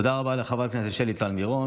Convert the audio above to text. תודה רבה לחברת הכנסת שלי טל מירון.